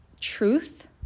truth